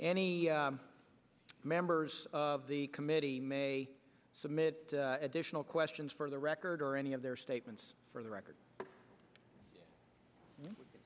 any members of the committee may submit additional questions for the record or any of their statements for the record